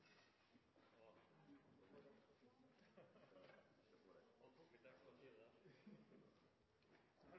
velgernes dom, eller for å si det